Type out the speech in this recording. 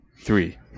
three